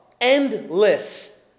Endless